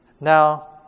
Now